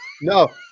No